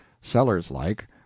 sellers-like